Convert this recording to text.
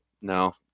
No